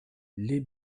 les